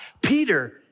Peter